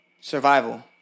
survival